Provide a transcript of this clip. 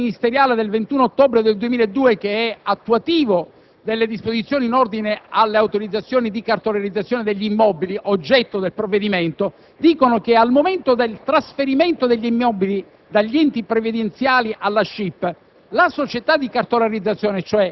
indennizzata. Ricordiamo e leggiamo che il decreto ministeriale del 21 ottobre 2002, attuativo delle disposizioni in ordine alle autorizzazioni di cartolarizzazione degli immobili, oggetto del provvedimento, stabilisce che al momento del trasferimento degli immobili